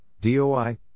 DOI